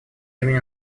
имени